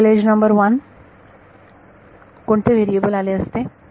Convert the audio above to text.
global age number one कोणते variable आले असते